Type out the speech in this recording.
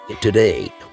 Today